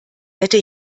hätte